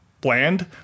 bland